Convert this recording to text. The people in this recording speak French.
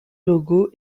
logo